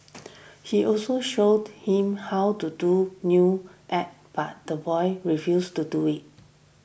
he also showed him how to do new act but the boy refused to do it